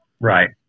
right